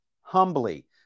Humbly